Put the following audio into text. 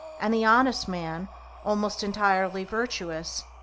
and the honest man almost entirely virtuous.